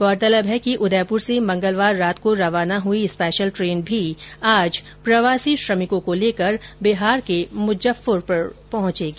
गौरतलब है कि उदयपुर से मंगलवार रात को रवाना हुई स्पेशल ट्रेन भी आज प्रवासी श्रमिकों को लेकर बिहार के मुजफ्फरपुर पहुंचेगी